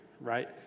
right